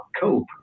cope